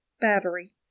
battery